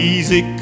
Easy